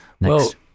next